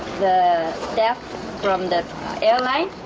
the staff from the airline,